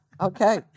Okay